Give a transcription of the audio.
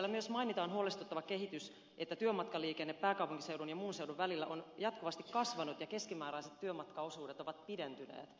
siellä myös mainitaan huolestuttava kehitys että työmatkaliikenne pääkaupunkiseudun ja muun seudun välillä on jatkuvasti kasvanut ja keskimääräiset työmatkaosuudet ovat pidentyneet